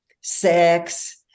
sex